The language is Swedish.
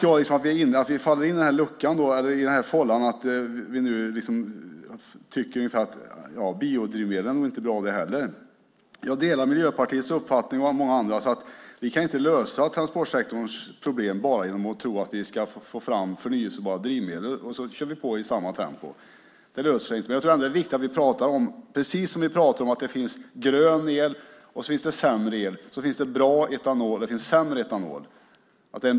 Jag gillar inte att vi faller in i fållan att biodrivmedel inte heller är bra. Jag delar Miljöpartiets och många andras uppfattning att vi inte kan lösa transportsektorns problem bara genom att tro att vi ska få fram förnybara drivmedel och sedan köra på i samma tempo. Det är ändå viktigt att vi pratar om det. Precis som vi pratar om att det finns grön el och sämre el finns det bra etanol och sämre etanol.